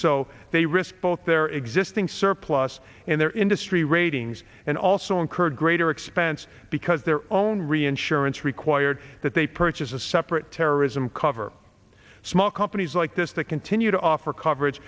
so they risk both their existing surplus and their industry ratings and also incurred greater expense because their own reinsurance required that they purchase a separate terrorism cover small companies like this that continue to offer coverage